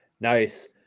Nice